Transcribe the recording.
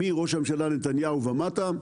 מראש הממשלה נתניהו ומטה,